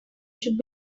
should